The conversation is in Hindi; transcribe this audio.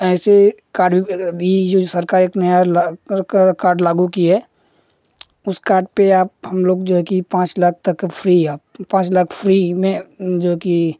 ऐसे कार्ड अगर भी जो सरकार एक नया लाग कार्ड लागू कि है उस कार्ड पर आप हम लोग जो है कि पाँच लाख तक का फ़्री है आप पाँच लाख फ़्री में जो कि